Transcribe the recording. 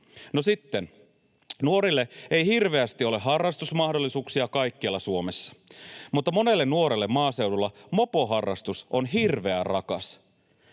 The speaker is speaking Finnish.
No sitten nuorille ei hirveästi ole harrastusmahdollisuuksia kaikkialla Suomessa, mutta monelle nuorelle maaseudulla mopoharrastus on hirveän rakas.